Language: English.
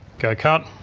go cut,